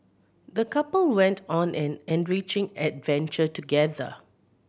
the couple went on an enriching adventure together